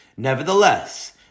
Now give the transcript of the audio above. Nevertheless